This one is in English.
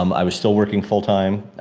um i was still working full time.